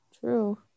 True